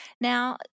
Now